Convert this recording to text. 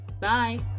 Bye